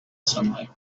sunlight